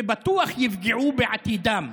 ובטוח יפגעו, בעתידם?